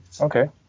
Okay